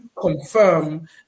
confirm